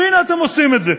והנה אתם עושים את זה.